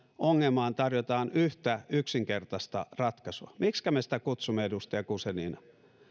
ongelmaan tarjotaan yhtä yksinkertaista ratkaisua miksikä me sitä kutsumme edustaja guzenina